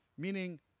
Meaning